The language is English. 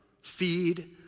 feed